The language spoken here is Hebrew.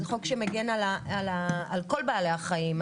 זה חוק שמגן על כל בעלי החיים.